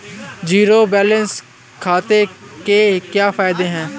Zero balance खाते के क्या फायदे हैं?